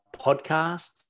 podcast